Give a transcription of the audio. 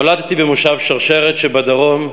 נולדתי במושב שרשרת שבדרום,